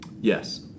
Yes